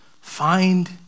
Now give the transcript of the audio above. Find